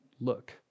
look